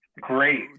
Great